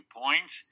points